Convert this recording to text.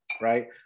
right